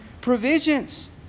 provisions